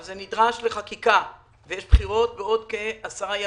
אבל זה נדרש לחקיקה, ויש בחירות בעוד כ-10 ימים,